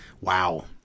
Wow